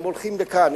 הם הולכים לכאן,